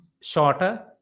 shorter